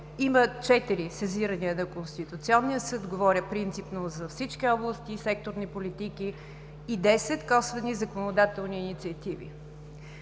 четири сезирания на Конституционния съд – говоря принципно за всички области и секторни политики, и десет косвени законодателни инициативи.